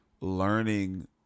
learning